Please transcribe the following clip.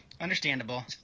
Understandable